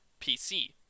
PC